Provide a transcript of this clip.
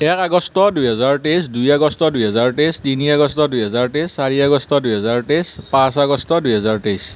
এক আগষ্ট দুহেজাৰ তেইছ দুই আগষ্ট দুহেজাৰ তেইছ তিনি আগষ্ট দুহেজাৰ তেইছ চাৰি আগষ্ট দুহেজাৰ তেইছ পাঁচ আগষ্ট দুহেজাৰ তেইছ